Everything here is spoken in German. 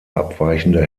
abweichende